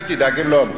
אל תדאג, הם לא אמרו.